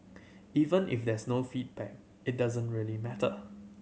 even if there's no feedback it doesn't really matter